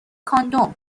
کاندوم